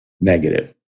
negative